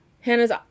Hannah's